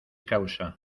causa